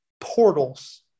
portals